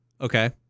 okay